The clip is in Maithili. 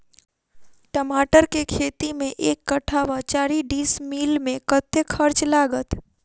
टमाटर केँ खेती मे एक कट्ठा वा चारि डीसमील मे कतेक खर्च लागत?